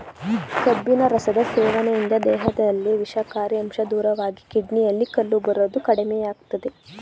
ಕಬ್ಬಿನ ರಸದ ಸೇವನೆಯಿಂದ ದೇಹದಲ್ಲಿ ವಿಷಕಾರಿ ಅಂಶ ದೂರವಾಗಿ ಕಿಡ್ನಿಯಲ್ಲಿ ಕಲ್ಲು ಬರೋದು ಕಡಿಮೆಯಾಗ್ತದೆ